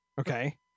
okay